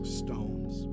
stones